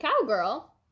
cowgirl